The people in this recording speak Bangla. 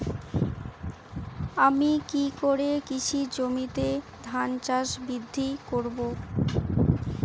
আমি কী করে কৃষি জমিতে ধান গাছ বৃদ্ধি করব?